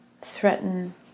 threaten